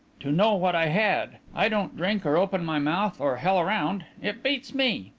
to know what i had? i don't drink, or open my mouth, or hell round. it beats me.